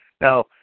Now